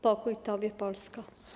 Pokój tobie, Polsko!